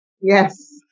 Yes